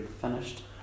finished